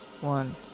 one